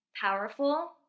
powerful